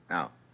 Now